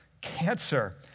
Cancer